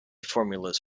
formulas